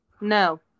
No